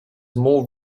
more